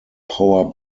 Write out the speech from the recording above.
power